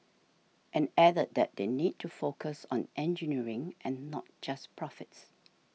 and added that they need to focus on engineering and not just profits